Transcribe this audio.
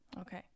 Okay